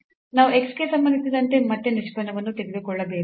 ನಾವು x ಗೆ ಸಂಬಂಧಿಸಿದಂತೆ ಮತ್ತೆ ನಿಷ್ಪನ್ನವನ್ನು ತೆಗೆದುಕೊಳ್ಳಬೇಕು